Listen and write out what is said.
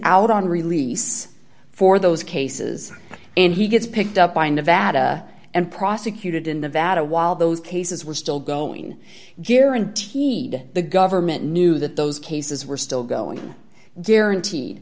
out on release for those cases and he gets picked up by nevada and prosecuted in nevada while those cases were still going guaranteed the government knew that those cases were still going guaranteed